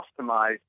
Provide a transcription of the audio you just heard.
customize